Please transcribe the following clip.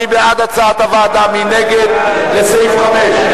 מי בעד הצעת הוועדה לסעיף 5?